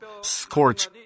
scorch